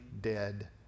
dead